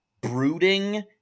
brooding